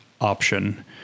Option